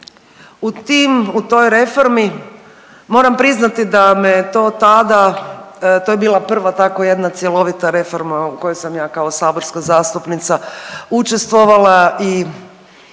u tim u toj reformi moram priznati da me to tada, to je bila prva tako jedna cjelovita reforma u kojoj sam ja kao saborska zastupnica učestvovala i